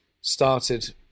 started